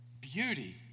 beauty